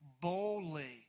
boldly